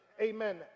amen